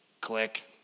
Click